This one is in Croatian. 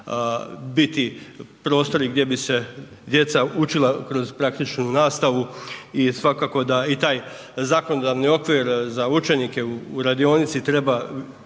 biti prostori gdje bi se djeca učila kroz praktičnu nastavu i svakako da i taj zakonodavni okvir za učenike u radionici treba